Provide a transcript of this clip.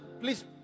please